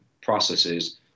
processes